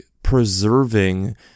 preserving